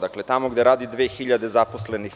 Dakle, tamo gde radi 2.000 zaposlenih,